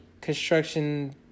construction